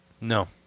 No